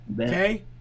okay